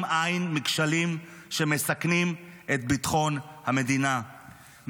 עין מכשלים שמסכנים את ביטחון המדינה,